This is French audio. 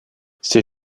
ces